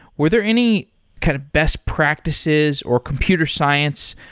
were there any kind of best practices, or computer science,